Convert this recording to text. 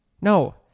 No